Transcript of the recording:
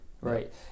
Right